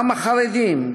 גם החרדים,